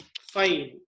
fine